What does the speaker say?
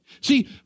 See